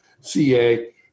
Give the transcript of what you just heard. CA